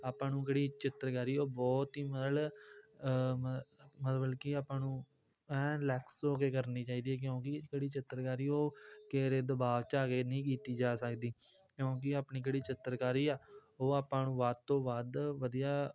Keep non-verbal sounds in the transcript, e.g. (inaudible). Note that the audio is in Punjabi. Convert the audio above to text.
ਆਪਾਂ ਨੂੰ ਕਿਹੜੀ ਚਿੱਤਰਕਾਰੀ ਉਹ ਬਹੁਤ ਹੀ (unintelligible) ਮਤਲਬ ਕਿ ਆਪਾਂ ਨੂੰ ਐਨ ਰਿਲੈਕਸ ਹੋ ਕੇ ਕਰਨੀ ਚਾਹੀਦੀ ਹੈ ਕਿਉਂਕਿ ਜਿਹੜੀ ਚਿੱਤਰਕਾਰੀ ਉਹ ਕਿਸੇ ਦੇ ਦਬਾਵ 'ਚ ਆ ਕੇ ਨਹੀਂ ਕੀਤੀ ਜਾ ਸਕਦੀ ਕਿਉਂਕਿ ਆਪਣੀ ਕਿਹੜੀ ਚਿੱਤਰਕਾਰੀ ਆ ਉਹ ਆਪਾਂ ਨੂੰ ਵੱਧ ਤੋਂ ਵੱਧ ਵਧੀਆ